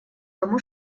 тому